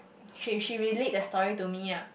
she she related the story to me lah